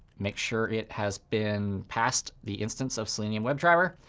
make sure it has been passed the instance of selenium webdriver,